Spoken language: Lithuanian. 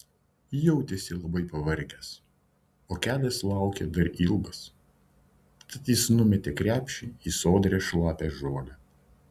jautėsi labai pavargęs o kelias laukė dar ilgas tad jis numetė krepšį į sodrią šlapią žolę